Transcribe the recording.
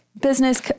business